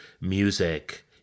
music